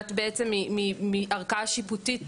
שמונעת בעצם מערכאה שיפוטים